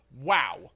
wow